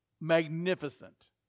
magnificent